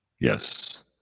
Yes